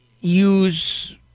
use